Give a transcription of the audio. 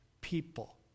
people